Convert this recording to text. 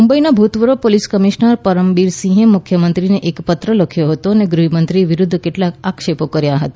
મુંબઇના ભૂતપૂર્વ police commissioner Parambir સિંહે મુખ્યમંત્રીને એક પત્ર લખ્યો હતો અને ગૃહમંત્રી વિરુદ્ધ કેટલાક આક્ષેપો કર્યા હતા